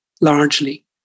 largely